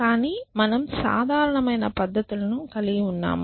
కానీ మనం సాధారణమైన పద్దతులను కలిగి ఉన్నాము